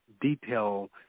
detail